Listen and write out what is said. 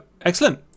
excellent